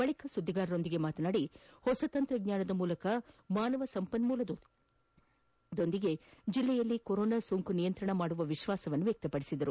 ಬಳಿಕ ಸುದ್ದಿಗಾರರೊಂದಿಗೆ ಮಾತನಾಡಿ ಹೊಸತಂತ್ರಜ್ಞಾನದ ಮೂಲಕ ಮಾನವ ಸಂಪನ್ನೂಲದೊಂದಿಗೆ ಜಿಲ್ಲೆಯಲ್ಲಿ ಕೊರೊನಾಸೋಂಕು ನಿಯಂತ್ರಣ ಮಾಡುವ ವಿಶ್ವಾಸವನ್ನು ವ್ಯಕ್ತಪಡಿಸಿದ್ದಾರೆ